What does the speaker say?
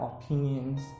opinions